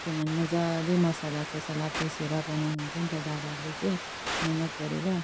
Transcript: किनभने मजाले मसलाससला पिसेर बनाउनुहुन्छ नि त दादाहरूले चाहिँ मिहिनेत गरेर